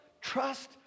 trust